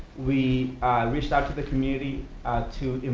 we reached out to the community to.